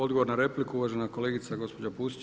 Odgovor na repliku uvažena kolegica gospođa Pusić.